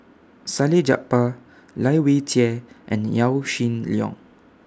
Salleh Japar Lai Weijie and Yaw Shin Leong